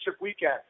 weekend